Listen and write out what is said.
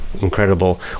incredible